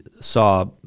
saw